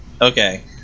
Okay